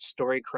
storycraft